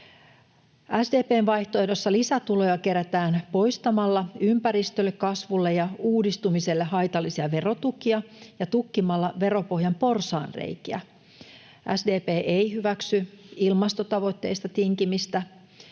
SDP:n vaihtoehdossa lisätuloja kerätään poistamalla ympäristölle, kasvulle ja uudistumiselle haitallisia verotukia ja tukkimalla veropohjan porsaanreikiä. SDP ei hyväksy ilmastotavoitteista tinkimistä.